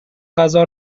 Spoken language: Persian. غذا